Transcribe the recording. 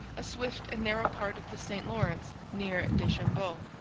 a swift and narrow part of the st lawrence near deschambault,